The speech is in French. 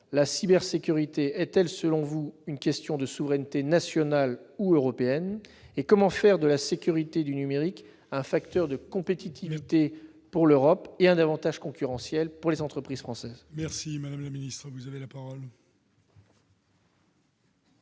la cybersécurité est-elle, selon vous, une question de souveraineté nationale ou européenne et comment faire de la sécurité en matière numérique un facteur de compétitivité pour l'Europe et un avantage concurrentiel pour les entreprises françaises ? La parole est à Mme la